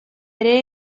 ere